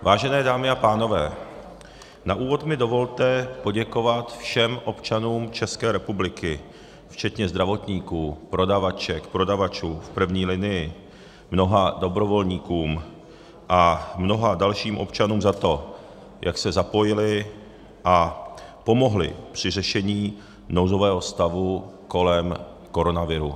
Vážené dámy a pánové, na úvod mi dovolte poděkovat všem občanům České republiky, včetně zdravotníků, prodavaček, prodavačů v první linii, mnoha dobrovolníkům a mnoha dalším občanům za to, jak se zapojili a pomohli při řešení nouzového stavu kolem koronaviru.